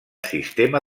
sistema